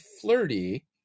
flirty